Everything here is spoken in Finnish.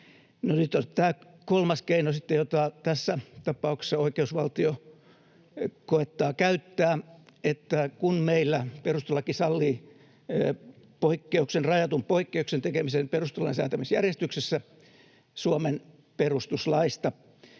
kolmas keino, jota tässä tapauksessa oikeusvaltio koettaa käyttää, että meillä perustuslaki sallii rajatun poikkeuksen tekemisen perustuslain säätämisjärjestyksessä Suomen perustuslaista,